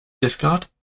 Discard